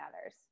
others